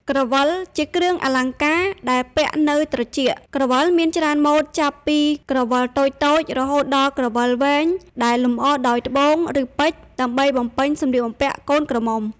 ក្រវិល ជាគ្រឿងអលង្ការដែលពាក់នៅត្រចៀក។ ក្រវិលមានច្រើនម៉ូត ចាប់ពីក្រវិលតូចៗ រហូតដល់ក្រវិលវែងដែលលម្អដោយត្បូង ឬពេជ្រ ដើម្បីបំពេញសម្លៀកបំពាក់កូនក្រមុំ។